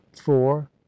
four